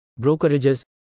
brokerages